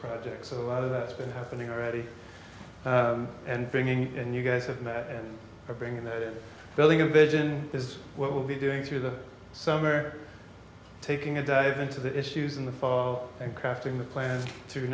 project so a lot of that's been happening already and bringing and you guys have met are bringing the building of vision is what will be doing through the summer taking a dive into the issues in the fall and crafting the plan through